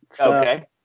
Okay